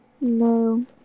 No